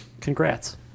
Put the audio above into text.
congrats